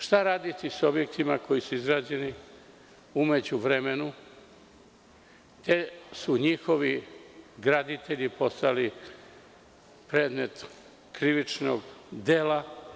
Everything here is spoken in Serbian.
Šta raditi sa objektima koji su izgrađeni u međuvremenu, te su njihovi graditelji postali predmet krivičnog dela?